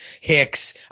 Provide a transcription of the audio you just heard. hicks